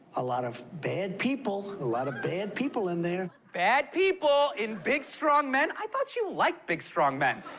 a lot of bad people. a lot of bad people in there. bad people and big strong men? i thought you liked big strong men.